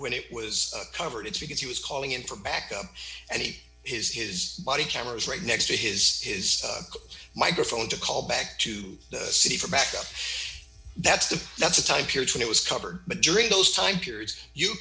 when it was coverage because he was calling in for back up and he has his body cameras right next to his his microphone to call back to the city for backup that's the that's the time period when it was covered but during those time periods you